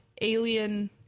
Alien